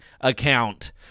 account